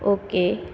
okay